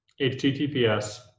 HTTPS